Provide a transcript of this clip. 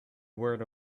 word